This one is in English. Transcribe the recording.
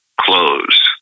Close